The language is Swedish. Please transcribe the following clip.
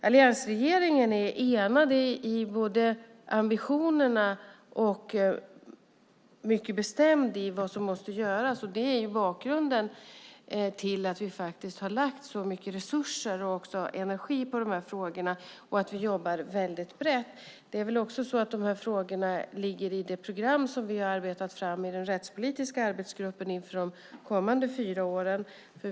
Alliansregeringen är både enad i ambitionerna och mycket bestämd i fråga om vad som måste göras, och det är bakgrunden till att vi har lagt så mycket resurser och energi på dessa frågor och jobbar väldigt brett. Frågorna ligger också i det program som vi har arbetat fram i den rättspolitiska arbetsgruppen inför de kommande fyra åren.